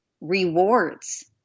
rewards